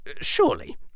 surely